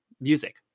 music